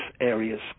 areas